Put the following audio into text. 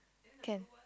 can